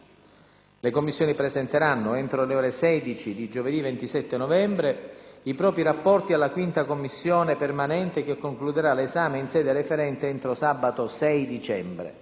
Le Commissioni presenteranno, entro le ore 16 di giovedì 27 novembre, i propri rapporti alla 5a Commissione permanente che concluderà 1'esame in sede referente entro sabato 6 dicembre.